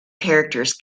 characters